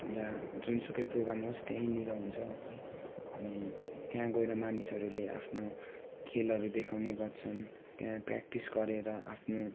यहाँ जुनसुकै प्रोग्राम होस् त्यहीँनिर हुन्छ है अनि त्यहाँ गएर मानिसहरूले आफ्नो खेलहरू देखाउने गर्छन् त्यहाँ प्र्याक्टिस गरेर आफ्नो